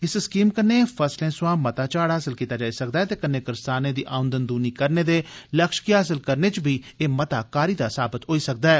इस स्कीम कन्नै फसलें सवां मता झाड़ हासल कीता जाई सकदा ऐ ते कन्नै करसानें दी औंदन दूनी करने दे लक्ष्य गी हासल च बी एह् मता कारी दा साबत होई सकदा ऐ